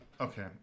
Okay